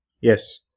Yes